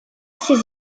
ses